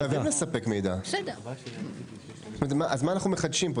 אז מה אנחנו מחדשים פה?